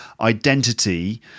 identity